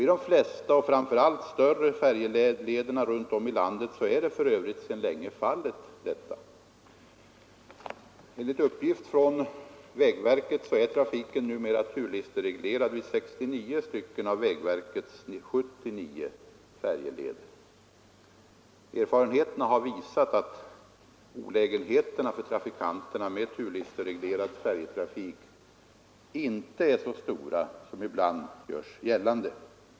Vid de flesta och framför allt vid de större färjelederna runt om i landet är detta för övrigt sedan länge fallet. Enligt uppgift från vägverket är trafiken numera turlistereglerad vid 69 av vägverkets 79 färjeleder. Erfarenheterna har visat att olägenheterna för trafikanterna med turlistereglerad färjetrafik inte är så stora som ibland görs gällande.